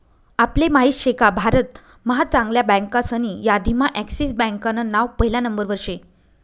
आपले माहित शेका भारत महा चांगल्या बँकासनी यादीम्हा एक्सिस बँकान नाव पहिला नंबरवर शे